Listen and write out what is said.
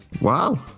Wow